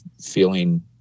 feeling